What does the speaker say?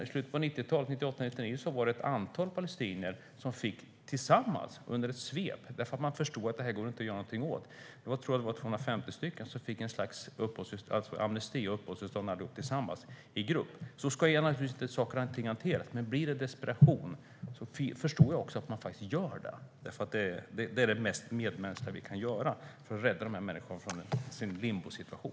I slutet av 90-talet var det ett antal palestinier - jag tror att det var 250 personer - som i ett svep fick amnesti och uppehållstillstånd allihop tillsammans i grupp, därför att man förstod att det här inte gick att göra någonting åt. Så ska naturligtvis inte saker och ting hanteras, men blir det desperation förstår jag att man faktiskt gör det, därför att det är det mest medmänskliga vi kan göra för att rädda dessa människor från en limbosituation.